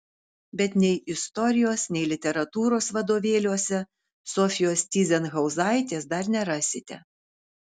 bet nei istorijos nei literatūros vadovėliuose sofijos tyzenhauzaitės dar nerasite